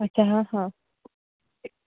अच्छा हां हां